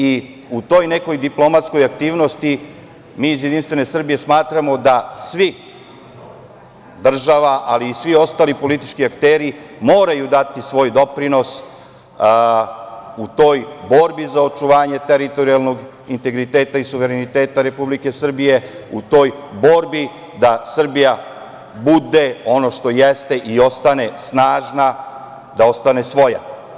I u toj nekoj diplomatskoj aktivnosti mi iz JS smatramo da svi, država, ali i svi politički akteri, moraju dati svoj doprinos u toj borbi za očuvanje teritorijalnog integriteta i suvereniteta Republike Srbije, u toj borbi da Srbija bude ono što jeste i ostane snažna, da ostane svoja.